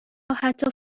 حتی